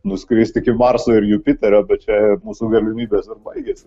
nuskristi iki marso ir jupiterio bet čia mūsų galimybės ir baigiasi